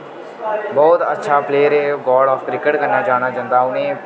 बहुत अच्छा प्लेयर एह् गाड आफ़ क्रिकेट कन्नै जानेआ जंदा उ'नें